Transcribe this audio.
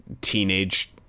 teenage